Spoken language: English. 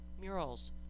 murals